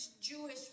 Jewish